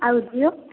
ଆଉ ଜିଓ